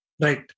Right